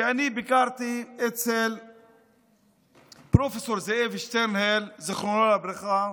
שאני ביקרתי אצל פרופ' זאב שטרנהל, זיכרונו לברכה,